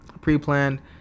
pre-planned